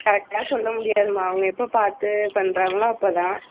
கரெக்ட்டாக சொல்ல முடியாதுமா அவங்க எப்போது பார்த்து பண்ணுறாங்களோ அப்போதான்